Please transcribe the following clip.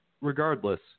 regardless